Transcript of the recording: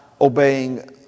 obeying